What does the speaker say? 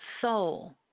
soul